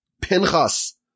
Pinchas